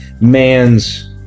man's